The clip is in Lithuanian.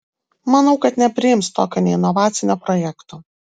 manau kad nepriims tokio neinovacinio projekto